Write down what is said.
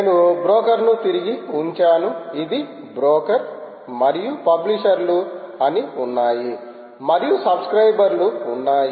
నేను బ్రోకర్ ను తిరిగి ఉంచాను ఇది బ్రోకర్ మరియు పబ్లిషర్ లు అని ఉన్నాయి మరియు సబ్స్క్రయిబర్లు ఉన్నాయి